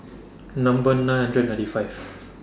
Number nine hundred ninety five